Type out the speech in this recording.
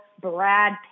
Brad